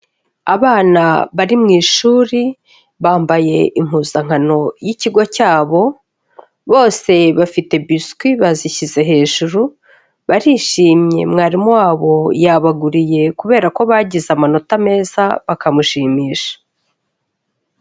Abana bari mu ishuri bambaye impuzankano y'ikigo cyabo, bose bafite biswi bazishyize hejuru barishimye, mwarimu wabo yabaguriye kubera ko bagize amanota meza bakamushimisha.